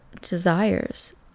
desires